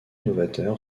novateur